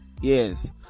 yes